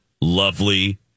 lovely